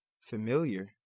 Familiar